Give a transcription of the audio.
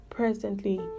Presently